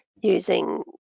using